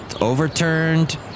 overturned